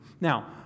Now